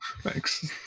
Thanks